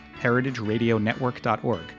heritageradionetwork.org